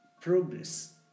Progress